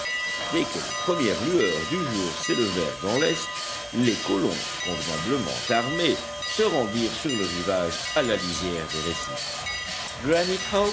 dès que les premières lueurs du jour s'élevèrent dans l'est les colons convenablement armés se rendirent sur le rivage à la lisière des récifs